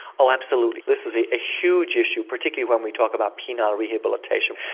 oh absolutely, this is a huge issue particularly when we talk about penile rehabilitation.